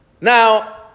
Now